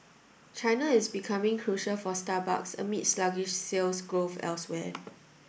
China is becoming crucial for Starbucks amid sluggish sales growth elsewhere